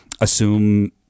assume